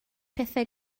pethau